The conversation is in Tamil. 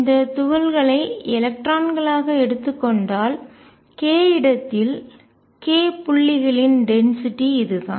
இந்த துகள்களை எலக்ட்ரான்களாக எடுத்துக் கொண்டால் k இடத்தில் k புள்ளிகளின் டென்சிட்டிஅடர்த்தி இதுதான்